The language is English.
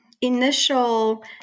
initial